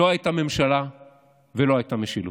לא הייתה ממשלה ולא הייתה משילות.